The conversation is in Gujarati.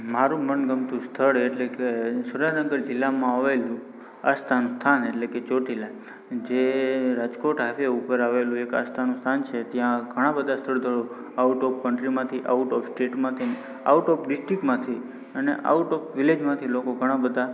મારું મનગમતું સ્થળ એટલે કે સુરેન્દ્રગર જિલ્લામાં આવેલું આસ્થાનું સ્થાન એટલે કે ચોટીલા જે રાજકોટ હાઇવે ઉપર આવેલું એક આ સ્થાન છે ત્યાં ઘણા બધા સ્થળ સ્થળો આઉટ ઓફ કન્ટ્રીમાંથી આઉટ ઓફ સ્ટેટમાંથી આઉટ ઓફ ડિસ્ટ્રિક્ટમાંથી અને આઉટ ઓફ વિલેજમાંથી લોકો ઘણા બધા